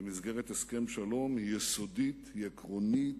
במסגרת הסכם שלום היא יסודית, היא עקרונית,